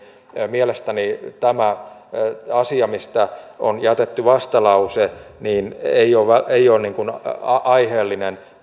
mielestäni tämä asia mistä on jätetty vastalause ei ole aiheellinen